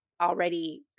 already